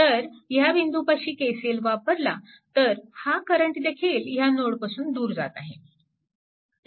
तर ह्या बिंदूपाशी KCL वापरला तर हा करंटदेखील ह्या नोडपासून दूर जात आहे